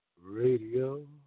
Radio